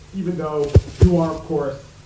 even though you are, of course,